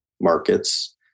markets